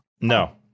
No